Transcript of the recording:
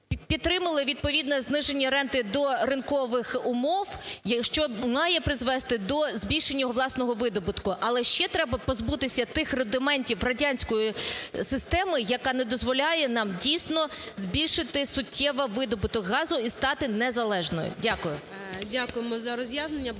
підтримали відповідне зниження ренти до ринкових умов, що має призвести до збільшення його власного видобутку. Але ще треба позбутися тих рудиментів радянської системи, яка не дозволяє нам дійсно збільшити суттєво видобуток газу і стати незалежною. Дякую.